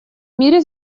мире